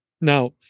Now